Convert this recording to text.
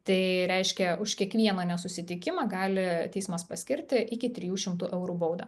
tai reiškia už kiekvieną nesusitikimą gali teismas paskirti iki trijų šimtų eurų baudą